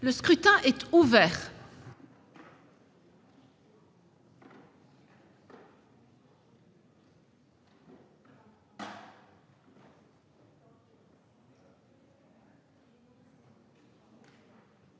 Le scrutin est ouvert.